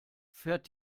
fährt